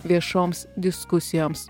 viešoms diskusijoms